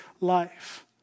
life